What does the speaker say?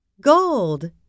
gold